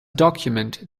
document